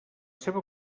seva